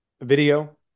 video